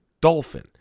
dolphin